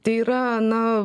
tai yra na